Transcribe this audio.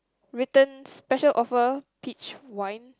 written special offer peach wine